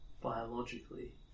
Biologically